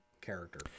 character